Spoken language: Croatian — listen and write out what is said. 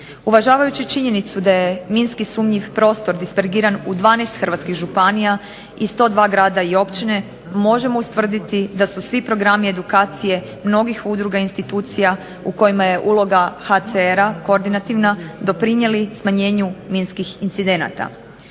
Uvažavajući činjenicu da je minski sumnjiv prostor dispergiran u 12 hrvatskih županija i 102 grada i općine možemo ustvrditi da su svi programi edukacije mnogih udruga i institucija u kojima je uloga HCR-a koordinativna, doprinijeli smanjenju minskih incidenata.